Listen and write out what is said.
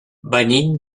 venim